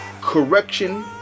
correction